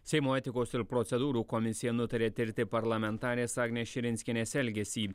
seimo etikos ir procedūrų komisija nutarė tirti parlamentarės agnės širinskienės elgesį